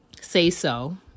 say-so